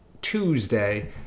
Tuesday